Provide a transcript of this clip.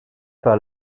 par